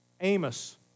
Amos